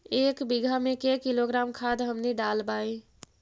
एक बीघा मे के किलोग्राम खाद हमनि डालबाय?